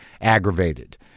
aggravated